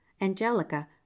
angelica